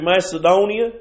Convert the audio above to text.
Macedonia